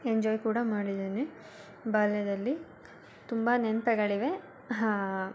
enjoy ಕೂಡ ಮಾಡಿದ್ದೀನಿ ಬಾಲ್ಯದಲ್ಲಿ ತುಂಬ ನೆನ್ಪುಳಿವೆ ಹಾ